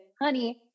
honey